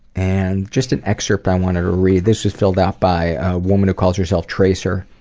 and just an excerpt i wanted to read. this is filled out by a woman who calls herself tracer.